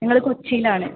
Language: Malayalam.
ഞങ്ങള് കൊച്ചിയിലാണ്